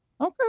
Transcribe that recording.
Okay